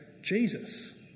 Jesus